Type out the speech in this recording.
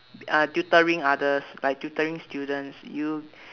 uh tutoring others like tutoring students you